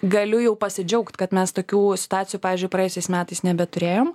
galiu jau pasidžiaugt kad mes tokių situacijų pavyzdžiui praėjusiais metais nebeturėjom